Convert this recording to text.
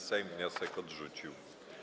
Sejm wniosek odrzucił.